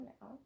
now